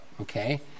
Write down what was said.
okay